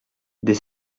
dès